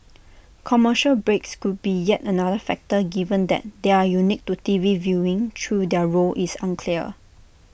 commercial breaks could be yet another factor given that they are unique to T V viewing though their role is unclear